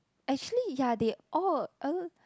actually ya they all al~